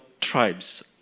tribes